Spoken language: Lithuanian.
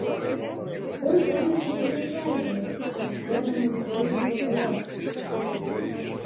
kur ponia taip ilgai klaidžiojo šlepsėdama dideliais savo kaliošais